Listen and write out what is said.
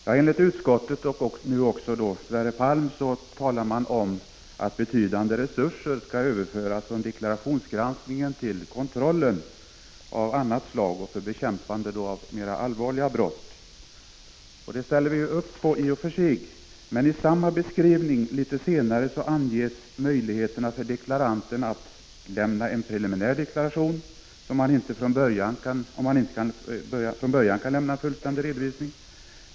Herr talman! Utskottet och Sverre Palm talar om att betydande resurser skall överföras från deklarationsgranskningen till kontroll av annat slag och för bekämpande av mera allvarliga brott. Det ställer vi i och för sig upp på. Men senare i samma betänkande anges möjligheterna för deklaranten att lämna en preliminär deklaration om man inte från början kan lämna en fullständig redovisning.